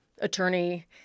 attorney